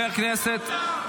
(חבר הכנסת גלעד קריב יוצא מאולם